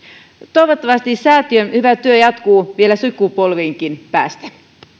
toivottavasti säätiön hyvä työ jatkuu vielä sukupolvienkin päästä